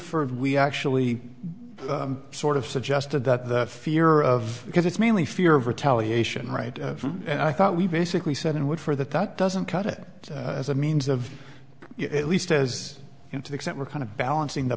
for we actually sort of suggested that the fear of because it's mainly fear of retaliation right and i thought we basically said and wait for that that doesn't cut it as a means of at least as into extent we're kind of balancing the